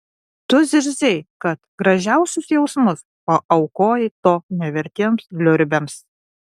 tu zirzei kad gražiausius jausmus paaukojai to nevertiems liurbiams